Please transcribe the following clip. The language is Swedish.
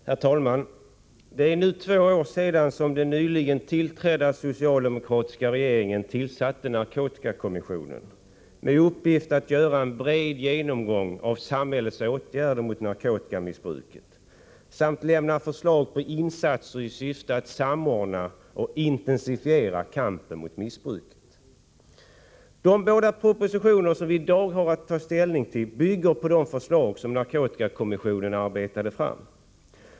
Herr talman! Det är nu två år sedan som den då nyligen tillträdda socialdemokratiska regeringen tillsatte narkotikakommissionen med uppgift att göra en bred genomgång av samhällets åtgärder mot narkotikamissbruket samt lämna förslag på insatser i syfte att samordna och intensifiera kampen mot missbruket. De båda propositioner som vi i dag har att ta ställning till bygger på de förslag som narkotikakommissionen arbetat fram.